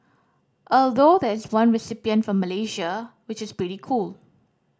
although there is one recipient from Malaysia which is pretty cool